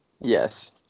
Yes